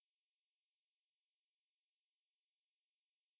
ah சொல்லு:sollu